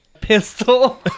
pistol